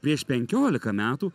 prieš penkiolika metų